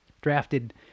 Drafted